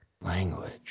Language